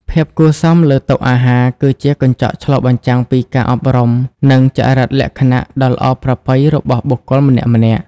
ភាពគួរសមលើតុអាហារ គឺជាកញ្ចក់ឆ្លុះបញ្ចាំងពីការអប់រំ និងចរិតលក្ខណៈដ៏ល្អប្រពៃរបស់បុគ្គលម្នាក់ៗ។